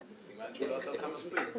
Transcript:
שזה כמובן גם משליך.